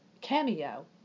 Cameo